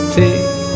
take